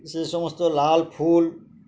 সেই সমস্ত লাল ফুল